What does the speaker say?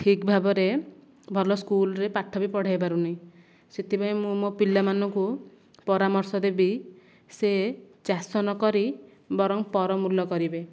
ଠିକ ଭାବରେ ଭଲ ସ୍କୁଲରେ ପାଠ ବି ପଢ଼ାଇ ପାରୁନି ସେଥିପାଇଁ ମୁଁ ମୋ ପିଲାମାନଙ୍କୁ ପରମର୍ଶ ଦେବି ସେ ଚାଷ ନ କରି ବରଂ ପର ମୂଲ କରିବେ